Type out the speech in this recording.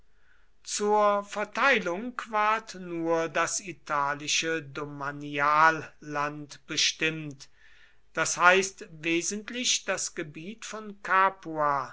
zur verteilung ward nur das italische domanialland bestimmt das heißt wesentlich das gebiet von capua